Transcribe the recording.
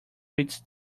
reads